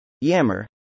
Yammer